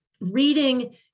reading